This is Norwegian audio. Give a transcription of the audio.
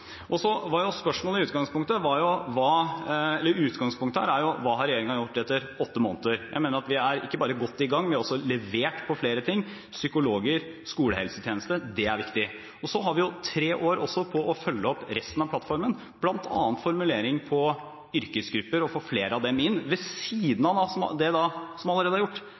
var i utgangspunktet hva regjeringen har gjort etter åtte måneder. Jeg mener at vi ikke bare er godt i gang. Vi har også levert på flere områder som psykologer og skolehelsetjeneste. Det er viktig. Så har vi også tre år på å følge opp resten av plattformen, bl.a. formuleringene om å få flere yrkesgrupper inn. Ved siden av det som allerede er gjort, ved siden av at det